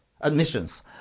admissions